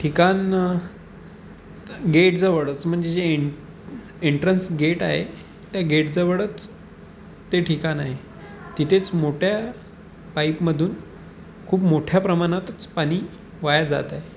ठिकाण गेटजवळच म्हणजे जे एन एनट्रन्स गेट आहे त्या गेटजवळच ते ठिकाण आहे तिथेच मोठ्या पाईपमधून खूप मोठ्या प्रमाणातच पाणी वाया जात आहे